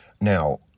Now